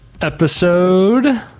Episode